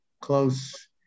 close